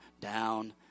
down